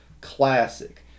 Classic